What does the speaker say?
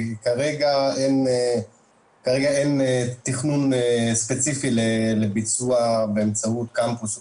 כרגע אין תכנון ספציפי לביצוע באמצעות קמפוס או